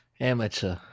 Amateur